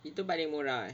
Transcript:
itu paling murah eh